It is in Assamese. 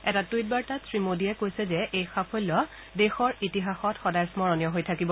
এটা টুইট বাৰ্তাত শ্ৰী মোডীয়ে কৈছে যে এই সাফল্য দেশৰ ইতিহাসত সদায় স্মৰণীয় হৈ থাকিব